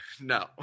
No